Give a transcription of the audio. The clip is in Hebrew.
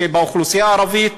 באוכלוסייה הערבית